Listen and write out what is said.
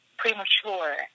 premature